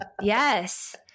yes